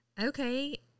Okay